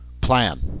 plan